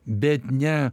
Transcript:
bet ne